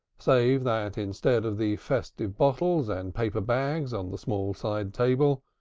save that instead of the festive bottles and paper bags on the small side-table,